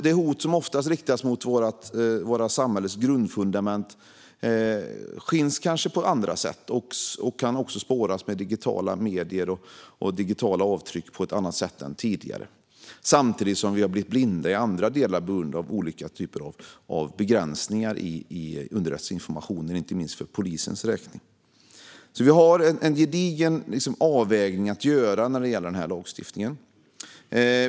De hot som oftast riktas mot vårt samhälles grundfundament finns på andra sätt och kan spåras med digitala medier och digitala avtryck på ett annat sätt än tidigare. Samtidigt har vi i andra delar blivit blinda på grund av olika typer av begränsningar i underrättelseinformationen, inte minst för polisens räkning. Det finns en gedigen avvägning att göra i lagstiftningen.